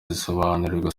zisobanurirwa